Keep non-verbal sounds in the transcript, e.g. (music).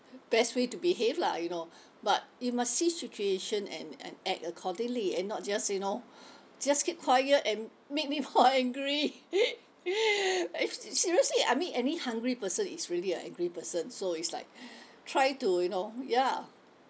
best way to behave lah you know but you must see situation and and act accordingly and not just you know just keep quiet and make me more angry (laughs) eh seriously I mean any hungry person is really a angry person so it's like try to you know ya